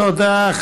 תודה.